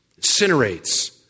incinerates